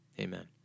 amen